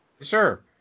Sure